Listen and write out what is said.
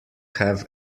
have